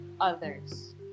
Others